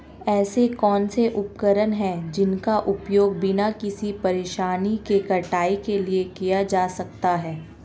ऐसे कौनसे उपकरण हैं जिनका उपयोग बिना किसी परेशानी के कटाई के लिए किया जा सकता है?